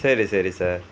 சரி சரி சார்